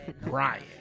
Brian